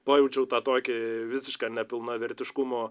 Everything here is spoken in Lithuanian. pajaučiau tą tokį visišką nepilnavertiškumo